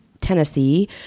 Tennessee